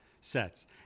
sets